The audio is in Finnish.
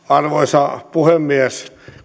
arvoisa puhemies